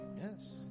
Yes